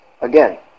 again